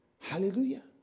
Hallelujah